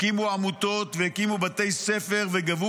הקימו עמותות והקימו בתי ספר וגבו